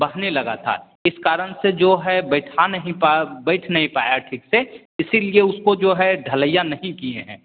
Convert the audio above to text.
बहने लगा था इस कारण से जो है बैठा नहीं पाये बैठ नहीं पाया ठीक से इसलिये उसको जो है ढलैया नहीं किये हैं